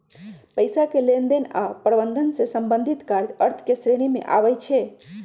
पइसा के लेनदेन आऽ प्रबंधन से संबंधित काज अर्थ के श्रेणी में आबइ छै